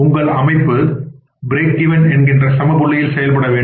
உங்கள் அமைப்பு break even என்கின்ற சமபுள்ளியில் செயல்பட வேண்டும்